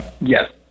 yes